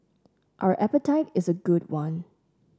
our appetite is a good one